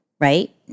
right